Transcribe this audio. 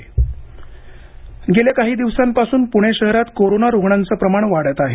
jumbo hospital गेल्या काही दिवसांपासून पुणे शहरात कोरोना रुग्णांचे प्रमाण वाढत आहे